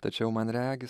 tačiau man regis